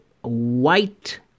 white